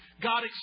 God